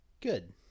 Good